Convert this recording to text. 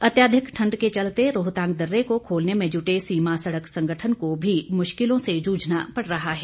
अत्यधिक ठंड के चलते रोहतांग दर्रे को खोलने में जुटे सीमा सड़क संगठन को भी मुश्किलों से जूझना पड़ रहा है